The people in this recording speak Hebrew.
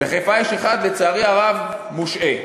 בחיפה יש אחד, לצערי הרב מושעה.